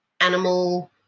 animal